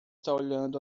olhando